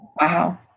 Wow